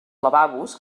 lavabos